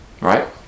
right